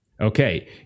Okay